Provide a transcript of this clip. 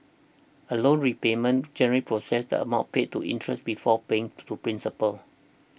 a loan repayment generally processes the amount paid to interest before paying to principal